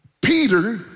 Peter